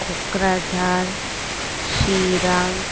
Kokrajhar Chirang